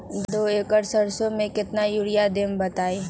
दो एकड़ सरसो म केतना यूरिया देब बताई?